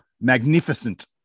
magnificent